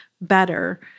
better